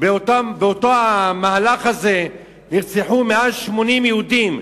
באותו מהלך נרצחו יותר מ-80 יהודים,